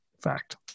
Fact